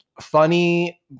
Funny